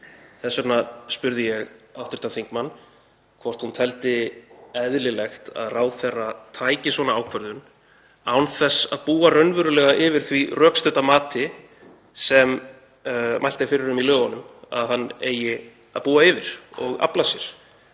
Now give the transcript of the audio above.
Þess vegna spurði ég hv. þingmann hvort hún teldi eðlilegt að ráðherra tæki svona ákvörðun án þess að búa raunverulega yfir því rökstudda mati sem mælt er fyrir um í lögunum að hann eigi að búa yfir og afla sér.